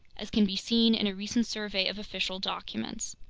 as can be seen in a recent survey of official documents.